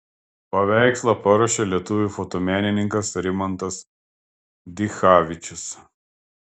paveikslą paruošė lietuvių fotomenininkas rimantas dichavičius